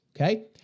Okay